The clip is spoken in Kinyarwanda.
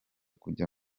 kujya